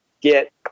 get